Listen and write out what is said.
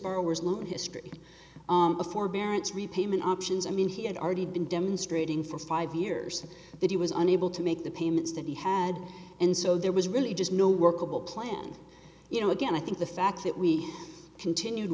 borrowers long history of forbearance repayment options i mean he had already been demonstrating for five years that he was unable to make the payments that he had and so there was really just no workable plan you know again i think the fact that we continued